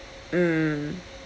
mm